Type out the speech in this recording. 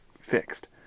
fixed